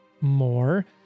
more